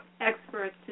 experts